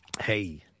Hey